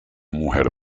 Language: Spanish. mujer